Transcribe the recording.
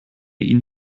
ihn